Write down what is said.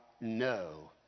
no